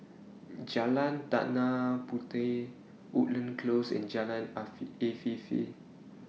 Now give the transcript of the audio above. Jalan Tanah Puteh Woodlands Close and Jalan Afifi